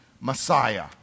Messiah